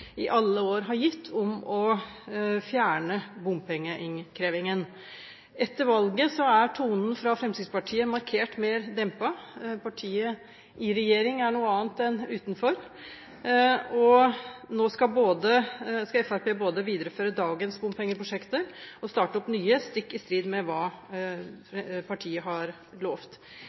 i alle år har gitt, om å fjerne bompengeinnkrevingen. Etter valget er tonen fra Fremskrittspartiet markert mer dempet. Partiet i regjering er noe annet enn utenfor regjering. Nå skal Fremskrittspartiet både videreføre dagens bompengeprosjekter og starte opp nye, stikk i strid med hva partiet har